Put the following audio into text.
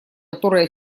которое